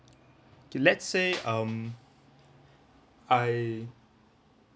let's say um I